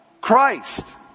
Christ